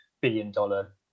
billion-dollar